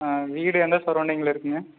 ஆ வீடு எந்த சரௌண்டிங்கில் இருக்குங்க